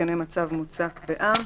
התקני מצב מוצב (המ"מ)